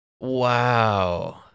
Wow